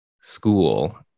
school